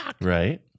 Right